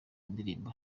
indirimbo